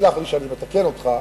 וסלח לי שאני מתקן אותך,